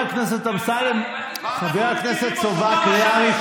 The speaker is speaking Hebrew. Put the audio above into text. טול קורה מבין עיניך.